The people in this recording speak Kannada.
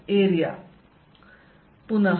dsE